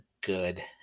good